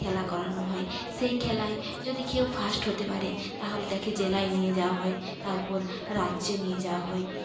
খেলা করানো হয় সেই খেলায় যদি কেউ ফার্স্ট হতে পারে তাহলে তাকে জেলায় নিয়ে যাওয়া হয় তারপর রাজ্যে নিয়ে যাওয়া হয়